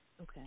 Okay